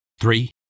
Three